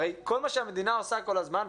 הרי כל מה שהמדינה עושה כל הזמן,